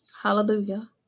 Hallelujah